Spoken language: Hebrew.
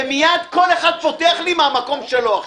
ומיד כל אחד פותח לי מהמקום שלו עכשיו.